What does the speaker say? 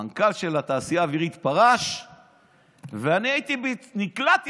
המנכ"ל של התעשייה האווירית פרש ואני נקלעתי